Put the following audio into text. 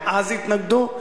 גם אז התנגדו,